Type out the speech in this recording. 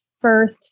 first